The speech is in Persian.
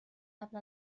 قبل